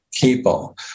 people